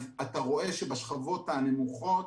אז אתה רואה שבשכבות הנמוכות,